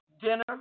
dinner